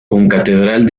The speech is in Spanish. concatedral